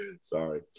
Sorry